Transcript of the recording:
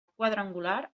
quadrangular